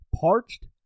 Parched